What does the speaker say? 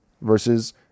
versus